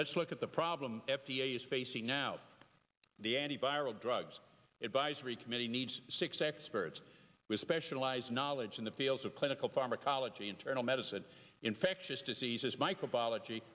let's look at the problem f d a is facing now the antiviral drugs advisory committee needs six experts with specialized knowledge in the fields of clinical pharmacology internal medicine infectious diseases microbiology